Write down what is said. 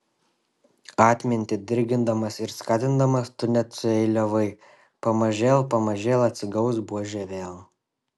atmintį dirgindamas ir skatindamas tu net sueiliavai pamažėl pamažėl atsigaus buožė vėl